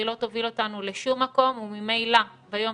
היא לא תוביל אותנו לשום מקום וממילא ביום